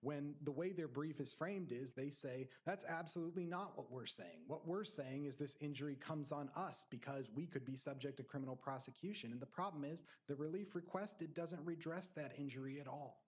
when the way their brief is framed is they say that's absolutely not what we're saying what we're saying is this injury comes on us because we could be subject to criminal prosecution and the problem is the relief requested doesn't redress that injury at all